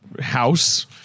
house